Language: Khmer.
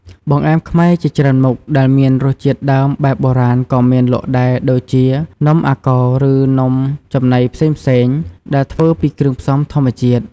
បង្អែមខ្មែរជាច្រើនមុខដែលមានរសជាតិដើមបែបបុរាណក៏មានលក់ដែរ ដូចជានំអាកោឬនំចំណីផ្សេងៗដែលធ្វើពីគ្រឿងផ្សំធម្មជាតិ។